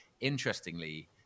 Interestingly